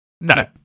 no